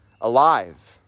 alive